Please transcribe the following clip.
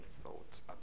thoughts